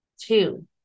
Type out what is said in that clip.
two